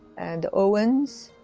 and owens,